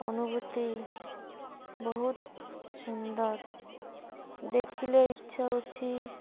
ଅନୁଭୂତି ବହୁତ ସୁନ୍ଦର ଦେଖିଲେ ଇଚ୍ଛା ହେଉଛି